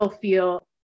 feel